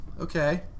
Okay